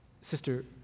Sister